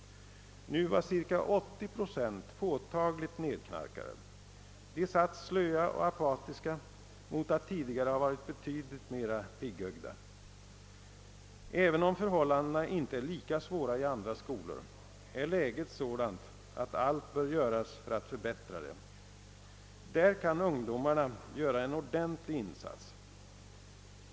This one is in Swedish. Nu var cirka 80 procent påtagligt nedknarkade. De satt slöa och apatiska mot att tidigare ha varit betydligt mera piggögda. Även om förhållandena inte är lika svåra i andra skolor är läget sådant, att allt bör göras för att förbättra detsamma. Där kan ungdomarna göra en ordentlig insats.